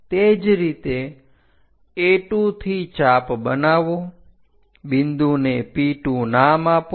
તે જ રીતે A2 થી ચાપ બનાવો બિંદુને P2 નામ આપો